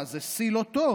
זה שיא לא טוב,